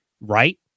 right